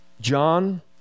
John